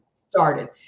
started